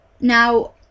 Now